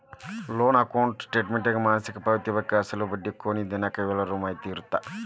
loan account ಸ್ಟೇಟಮೆಂಟ್ನ್ಯಾಗ ಮಾಸಿಕ ಪಾವತಿ ಬಾಕಿ ಅಸಲು ಬಡ್ಡಿ ಕೊನಿ ದಿನಾಂಕ ಇವೆಲ್ಲದರ ಮಾಹಿತಿ ಇರತ್ತ